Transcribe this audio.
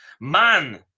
man